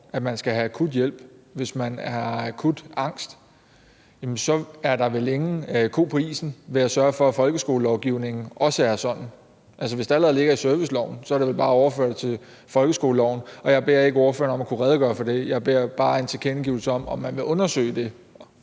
at man skal have akut hjælp, hvis man er akut angst – er der vel ingen ko på isen ved at sørge for, at folkeskolelovgivningen også er sådan. Altså, hvis det allerede ligger i serviceloven, er det vel bare at overføre det til folkeskoleloven. Og jeg beder ikke ordføreren om at kunne redegøre for det, jeg beder bare om en tilkendegivelse af, om man vil undersøge det.